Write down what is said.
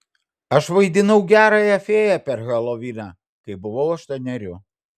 aš vaidinau gerąją fėją per heloviną kai buvau aštuonerių